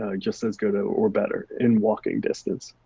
ah just as good ah or better in walking distance.